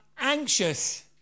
anxious